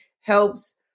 helps